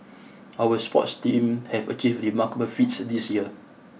our sports teams have achieved remarkable feats this year